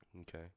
Okay